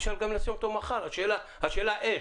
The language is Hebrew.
אפשר גם ליישם אותו מחר, השאלה איך.